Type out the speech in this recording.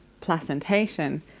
placentation